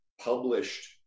published